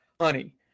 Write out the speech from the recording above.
honey